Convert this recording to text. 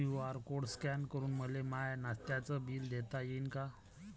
QR code scan करून मले माय नास्त्याच बिल देता येईन का?